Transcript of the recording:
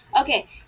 Okay